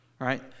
Right